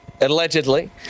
allegedly